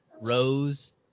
Rose